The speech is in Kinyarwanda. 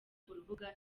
urubuga